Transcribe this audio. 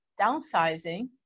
downsizing